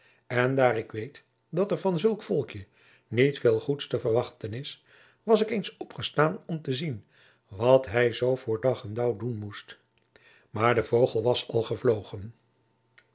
en daar ik weet dat er van zulk volkje niet veel goeds te verwachten is was ik eens opgestaan om te zien wat hij zoo voor dag en daauw doen moest maar de vogel was